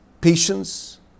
patience